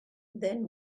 then